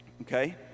Okay